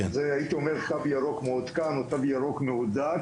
זה הייתי אומר תו ירוק מעודכן או תו ירוק מהודק